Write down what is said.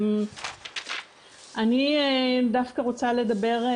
אני דווקא רוצה לדבר,